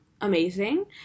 amazing